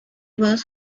was